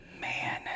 man